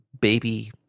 baby